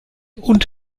und